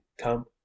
come